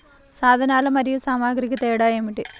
సాధనాలు మరియు సామాగ్రికి తేడా ఏమిటి?